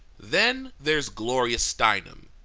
then there's gloria steinem.